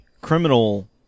criminal